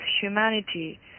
humanity